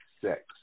six